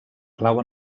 clau